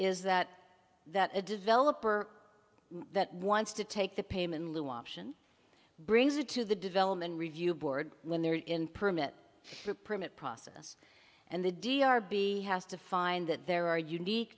is that that a developer that wants to take the payment loo option brings it to the development review board when they're in permit permit process and the d r b has to find that there are unique